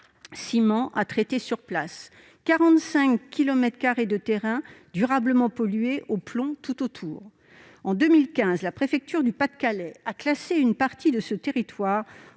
à traiter sur place ; 45 kilomètres carrés de terrain durablement pollués au plomb tout autour. En 2015, la préfecture du Pas-de-Calais a classé une partie de ce territoire